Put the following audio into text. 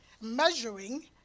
measuring